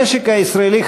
המשק הישראלי,